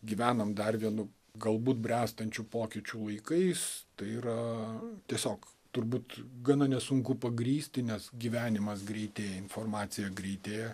gyvenam dar vienu galbūt bręstančių pokyčių laikais tai yra tiesiog turbūt gana nesunku pagrįsti nes gyvenimas greitėja informacija greitėja